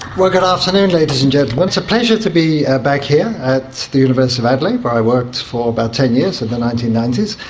good afternoon ladies and gentlemen, it's a pleasure to be ah back here at the university of adelaide where i worked for about ten years in the nineteen ninety s.